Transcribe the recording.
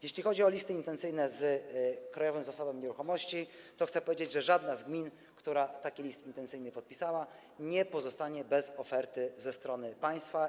Jeśli chodzi o listy intencyjne z Krajowym Zasobem Nieruchomości, to chcę powiedzieć, że żadna z gmin, która taki list intencyjny podpisała, nie pozostanie bez oferty ze strony państwa.